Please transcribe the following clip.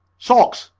socks!